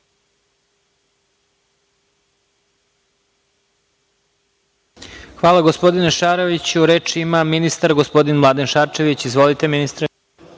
Hvala, gospodine Šaroviću. Reč ima ministar gospodin Mladen Šarčević. Izvolite, ministre.